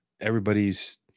everybody's